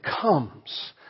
comes